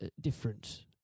different